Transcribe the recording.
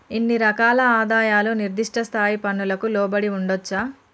ఇన్ని రకాల ఆదాయాలు నిర్దిష్ట స్థాయి పన్నులకు లోబడి ఉండొచ్చా